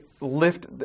lift